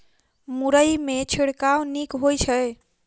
मुरई मे छिड़काव नीक होइ छै?